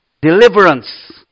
deliverance